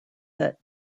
that